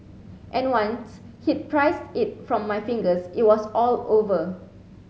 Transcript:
and once he'd prised it from my fingers it was all over